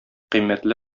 кыйммәтле